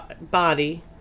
body